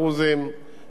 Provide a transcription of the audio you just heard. במקרה הזה,